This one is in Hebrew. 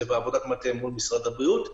זה בעבודת מטה מול משרד הבריאות,